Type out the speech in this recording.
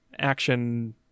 action